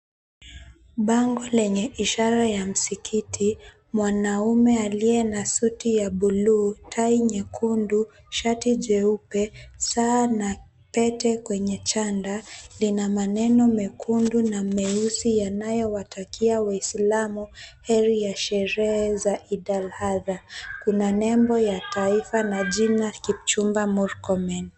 Bango lenye ishara ya msikiti, mwanaume aliye na suti ya buluu, tai nyekundu, shati jeupe, saa, na pete kwenye chanda. Lina maneno mekundu na meusi yanayowatakia waislamu heri ya sherehe za Eid al-Adha. Kuna nembo ya taifa na jina Kipchumba Murkomen.